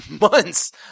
months